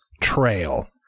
Trail